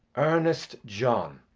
ernest john.